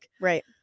Right